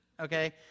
Okay